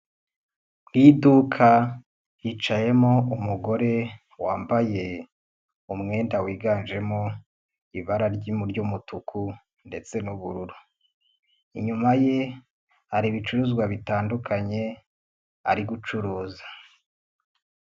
Mu iduka hicayemo umugore wambaye umwenda wiganjemo ibara ry'umutuku ndetse n'ubururu, inyuma ye hari ibicuruzwa bitandukanye ari gucuruza.